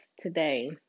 today